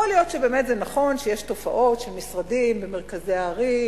יכול להיות שבאמת זה נכון שיש תופעות של משרדים במרכזי הערים,